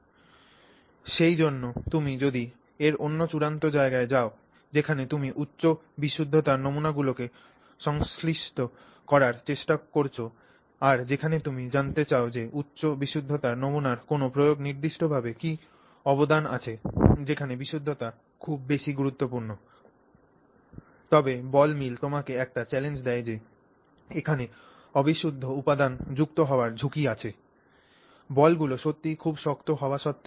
এবং সেইজন্য তুমি যদি এর অন্য চূড়ান্ত জায়গায় যাও যেখানে তুমি উচ্চ বিশুদ্ধতার নমুনাগুলিকে সংশ্লেষিত করার চেষ্টা করছ আর যেখানে তুমি জানতে চাও যে উচ্চ বিশুদ্ধতার নমুনার কোন প্রয়োগে নির্দিষ্টভাবে কি অবদান আছে যেখানে বিশুদ্ধতা খুব বেশি গুরুত্বপূর্ণ তবে বল মিল তোমাকে একটি চ্যালেঞ্জ দেয় যে এখানে অবিশুদ্ধ উপাদান যুক্ত হওয়ার ঝুঁকি আছে বলগুলি সত্যিই খুব শক্ত হওয়া সত্ত্বেও